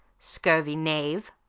scurvy knave!